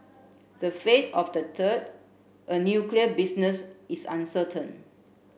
the fate of the third a nuclear business is uncertain